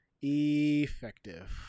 Effective